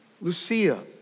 Lucia